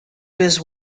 his